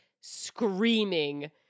screaming